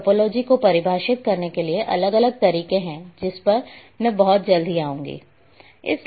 और टोपोलॉजी को परिभाषित करने के अलग अलग तरीके हैं जिस पर मैं बहुत जल्द ही आऊंगा